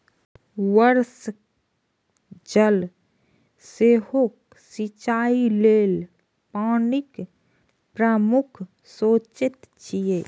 वर्षा जल सेहो सिंचाइ लेल पानिक प्रमुख स्रोत छियै